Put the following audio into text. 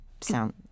sound